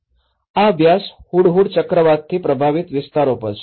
આ અભ્યાસ હુડહુડ ચક્રવાતથી પ્રભાવિત વિસ્તારો પર છે